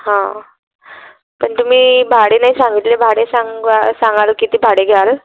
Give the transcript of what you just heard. हां पण तुम्ही भाडे नाही सांगितले भाडे सांगा सांगाल किती भाडे घ्याल